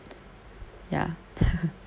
ya